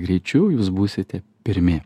greičiu jūs būsite pirmi